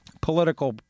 political